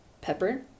pepper